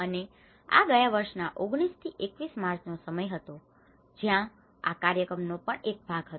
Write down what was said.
અને આ ગયા વર્ષના 19 થી 21 માર્ચ નો સમય હતો જ્યાં આ કાર્યક્રમનો પણ એક ભાગ હતો